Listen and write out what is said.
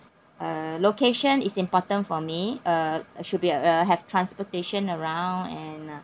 uh location is important for me uh should be uh have transportation around and uh